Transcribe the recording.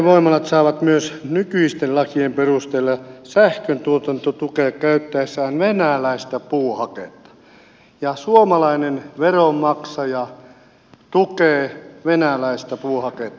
metsähakevoimalat saavat myös nykyisten lakien perusteella sähköntuotantotukea käyttäessään venäläistä puuhaketta ja suomalainen veronmaksaja tukee venäläistä puuhaketta